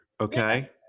Okay